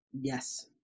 yes